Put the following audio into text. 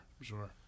sure